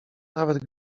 nawet